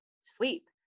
sleep